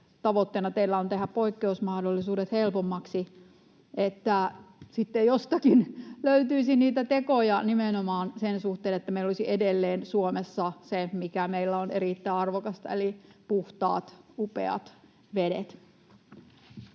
tavoitteena tehdä poikkeusmahdollisuudet helpommaksi, niin sitten jostakin löytyisi niitä tekoja nimenomaan sen suhteen, että meillä olisi edelleen Suomessa se, mikä meillä on erittäin arvokasta, eli puhtaat, upeat vedet.